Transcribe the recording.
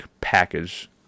package